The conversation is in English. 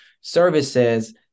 services